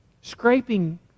Scraping